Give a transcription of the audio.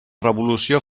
revolució